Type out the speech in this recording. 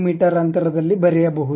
me ಅಂತರದಲ್ಲಿ ಬರೆಯಬಹುದು